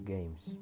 Games